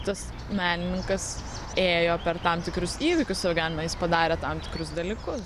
tas menininkas ėjo per tam tikrus įvykius savo gyvenime jis padarė tam tikrus dalykus